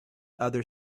other